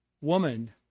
Woman